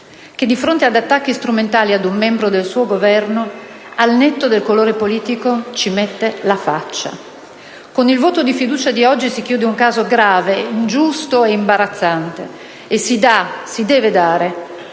che di fronte ad attacchi strumentali ad un membro del suo Governo, al netto del colore politico, ci mette la faccia. Con il voto di fiducia di oggi si chiude un caso grave, ingiusto e imbarazzante e si dà, si deve dare,